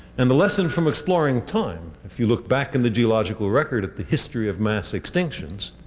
and the lesson from exploring time, if you look back in the geological record at the history of mass extinctions